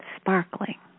sparkling